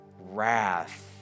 wrath